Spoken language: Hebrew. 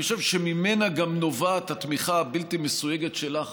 אני חושב שממנה גם נובעת התמיכה הבלתי-מסויגת שלך